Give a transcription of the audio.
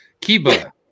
kiba